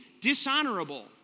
dishonorable